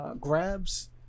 grabs